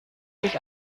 sich